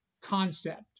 concept